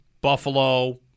Buffalo